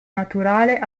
naturale